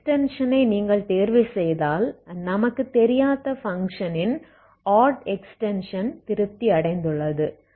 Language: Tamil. இந்த எக்ஸ்டென்ஷனை நீங்கள் தேர்வுசெய்தால் நமக்கு தெரியாத பங்க்ஷனின் ஆட் எக்ஸ்டென்ஷன் திருப்தி அடைந்துள்ளது